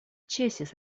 ĉesis